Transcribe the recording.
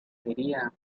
quería